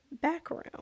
background